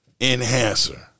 enhancer